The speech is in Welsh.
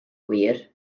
gwir